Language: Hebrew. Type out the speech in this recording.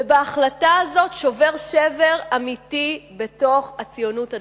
ובהחלטה הזאת שובר שבר אמיתי בתוך הציונות הדתית.